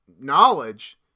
knowledge